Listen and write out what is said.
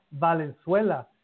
Valenzuela